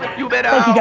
you're better out